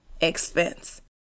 expense